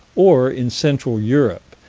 or in central europe,